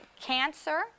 cancer